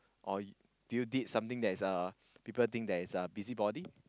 or do you did something that is uh people think that is a busybody